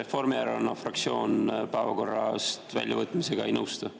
Reformierakonna fraktsioon [eelnõu] päevakorrast väljavõtmisega ei nõustu.